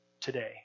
today